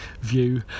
view